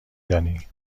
دانی